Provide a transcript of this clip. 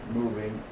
moving